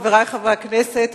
חברי חברי הכנסת,